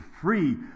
free